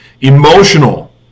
Emotional